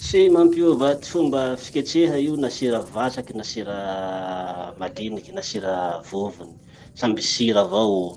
Tsy mampiova ty fomba fiketraha io na sira vatraky, na sira maliniky na sira vovony. Samby sira avao.